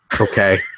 Okay